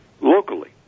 locally